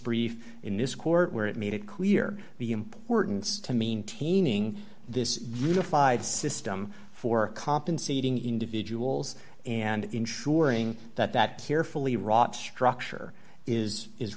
brief in this court where it made it clear the importance to maintaining this replied system for compensating individuals and ensuring that that carefully wrought structure is is